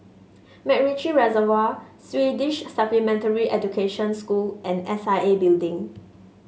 MacRitchie Reservoir Swedish Supplementary Education School and S I A Building